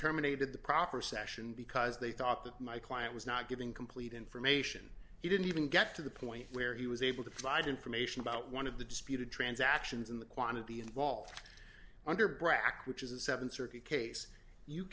terminated the proper session because they thought that my client was not giving complete information he didn't even get to the point where he was able to provide information about one of the disputed transactions in the quantity involved under brac which is a th circuit case you